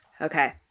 Okay